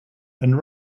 and